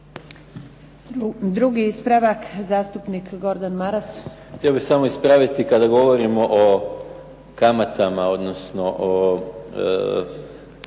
Drugi ispravak, zastupnik Gordan Maras.